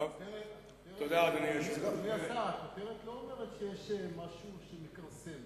אדוני השר, הכותרת לא אומרת שיש משהו שמכרסם.